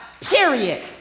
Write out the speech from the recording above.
period